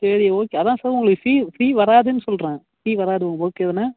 சரி ஓகே அதான் சார் உங்களுக்கு ஃப்ரீ ஃப்ரீ வராதுன்னு சொல்கிறேன் ஃப்ரீ வராது உங்களுக்கு ஓகே தானே